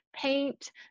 paint